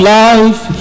life